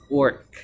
work